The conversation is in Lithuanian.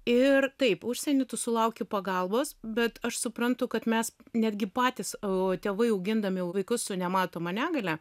ir taip užsieny tu sulauki pagalbos bet aš suprantu kad mes netgi patys tėvai augindami vaikus su nematoma negalia